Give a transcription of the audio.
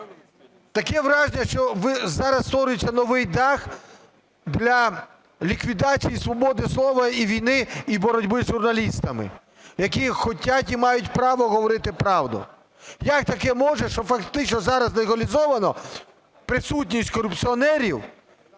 Таке враження, що зараз створюється новий дах для ліквідації свободи слова і війни, боротьби з журналістами, які хочуть і мають право говорити правду. Як таке може, що фактично зараз легалізовано присутність корупціонерів